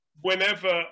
whenever